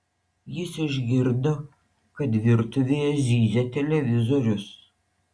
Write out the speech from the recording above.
jis išgirdo kad virtuvėje zyzia televizorius